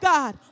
God